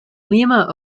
lima